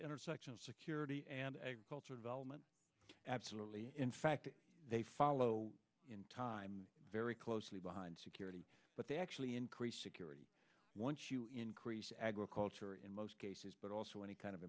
intersection of security development absolutely in fact they follow in time very closely behind security but they actually increase security once you increase agriculture in most cases but also any kind of